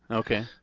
okay.